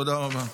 תודה רבה.